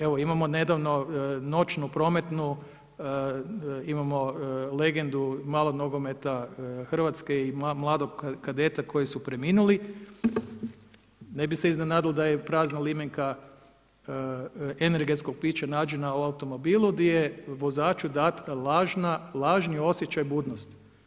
Evo, imamo nedavno, noću prometnu, imamo legendu malog nogometa Hrvatske i mladog kadeta koji su preminuli, ne bi se iznenadilo da je prazna limenka energetskog pića nađena u automobilu, gdje je vozaču dana lažni osjećaj budnosti.